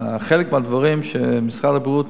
אחד הדברים שמשרד הבריאות